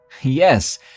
Yes